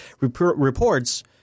reports